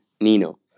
Nino